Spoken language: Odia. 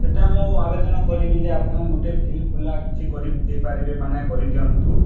ସେଇଟା ମୁଁ ଆବେଦନ କରିବି ଯେ ଆପଣ ଗୋଟେ ଫିଲ୍ଡ଼୍ ଫୁଲା କିଛି କରି ଦେଇ ପାରିବେ ମାନେ କରି ଦିଅନ୍ତୁ